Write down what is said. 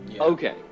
Okay